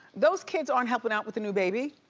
those kids aren't helping out with the new baby.